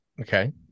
Okay